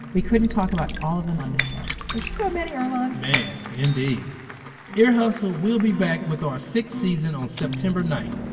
we couldn't talk about all of them on the show. there's so many earlonne! man, indeed. ear hustle will be back with our sixth season on september ninth.